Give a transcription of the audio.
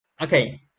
Okay